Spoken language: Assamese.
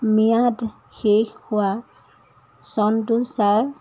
ম্য়াদ শেষ হোৱাৰ চনটো ছাৰ